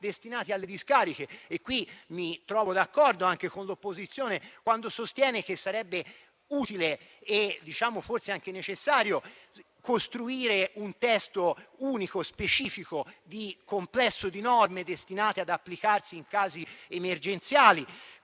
destinati alle discariche. In questo senso mi trovo d'accordo anche con l'opposizione quando sostiene che sarebbe utile e forse anche necessario redigere un testo unico specifico sul complesso di norme destinate ad applicarsi in casi emergenziali,